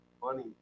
Funny